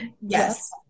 Yes